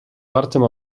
wartym